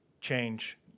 change